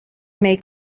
may